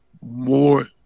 more